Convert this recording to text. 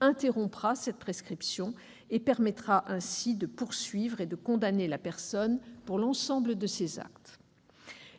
interrompra cette prescription et permettra ainsi de poursuivre et condamner la personne pour l'ensemble de ses actes.